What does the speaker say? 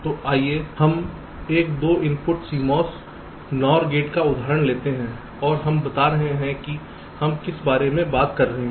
तो आइए हम एक 2 इनपुट CMOS NOR गेट का उदाहरण लेते हैं और हम बता रहे हैं कि हम किस बारे में बात कर रहे हैं